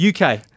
UK